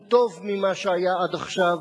הוא טוב ממה שהיה עד עכשיו,